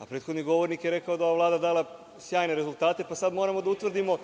a prethodni govornik je rekao da je Vlada dala sjajne rezultate. Pa, sada moramo da utvrdimo